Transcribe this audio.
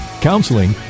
counseling